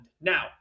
Now